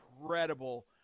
incredible